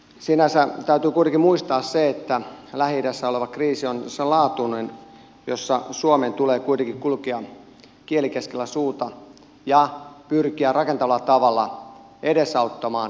sinänsä täytyy kuitenkin muistaa että lähi idässä oleva kriisi on senlaatuinen jossa suomen tulee kulkea kieli keskellä suuta ja pyrkiä rakentavalla tavalla edesauttamaan rauhan säilymistä ja syntymistä